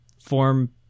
form